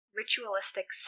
ritualistic